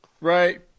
Right